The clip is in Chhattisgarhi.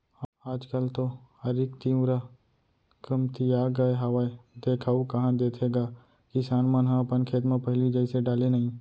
आज काल तो आरूग तिंवरा कमतिया गय हावय देखाउ कहॉं देथे गा किसान मन ह अपन खेत म पहिली जइसे डाले नइ